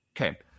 Okay